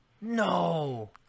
No